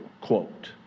quote